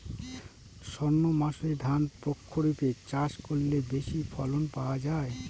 সর্ণমাসুরি ধান প্রক্ষরিপে চাষ করলে বেশি ফলন পাওয়া যায়?